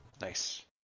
Nice